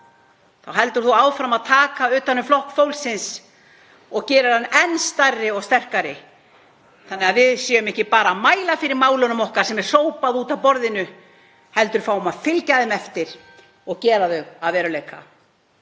þá heldur þú áfram að taka utan um Flokk fólksins og gerir hann enn stærri og sterkari þannig að við séum ekki bara að mæla fyrir málunum okkar sem er sópað út af borðinu heldur fáum að fylgja þeim eftir og gera þau að veruleika.